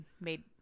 made